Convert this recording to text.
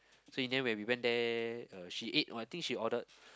so in the end when we went there uh she ate oh I think she ordered